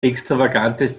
extravagantes